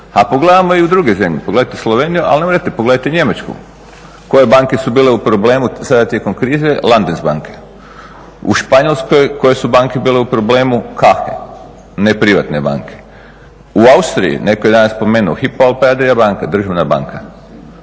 A pogledajmo i druge zemlje, pogledajte Sloveniju a i ne morate, pogledajte Njemačku koje banke su bile u problemu sada tijekom krize Landesbanke. U Španjolskoj koje su banke bile u problemu, Caje, ne privatne banke. U Austriji, netko je danas spomenuo, Hypo Alpe Adria banka državna banka,